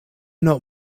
not